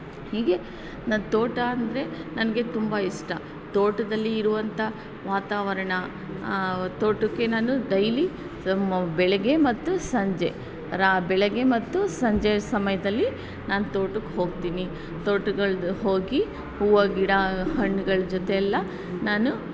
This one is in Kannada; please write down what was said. ಹೀಗೆ ನನ್ನ ತೋಟ ಅಂದರೆ ನನಗೆ ತುಂಬ ಇಷ್ಟ ತೋಟದಲ್ಲಿ ಇರುವಂಥ ವಾತಾವರಣ ತೋಟಕ್ಕೆ ನಾನು ಡೈಲಿ ಬೆಳಗ್ಗೆ ಮತ್ತು ಸಂಜೆ ರ ಬೆಳಗ್ಗೆ ಮತ್ತು ಸಂಜೆ ಸಮಯದಲ್ಲಿ ನಾನು ತೋಟಕ್ಕೆ ಹೋಗ್ತೀನಿ ತೋಟಗಳದ್ದು ಹೋಗಿ ಹೂವು ಗಿಡ ಹಣ್ಣುಗಳ ಜೊತೆಯೆಲ್ಲಾ ನಾನು